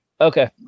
Okay